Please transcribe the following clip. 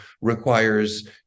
requires